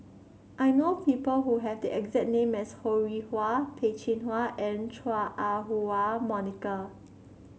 I know people who have the exact name as Ho Rih Hwa Peh Chin Hua and Chua Ah Huwa Monica